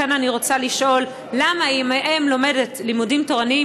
לכן אני רוצה לשאול: למה אם האם לומדת לימודים תורניים